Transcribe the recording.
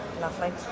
Lovely